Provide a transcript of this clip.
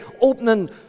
opening